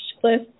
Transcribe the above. Cliff